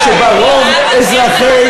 נחמן שי.